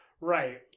right